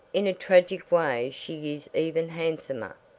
in a tragic way she is even handsomer.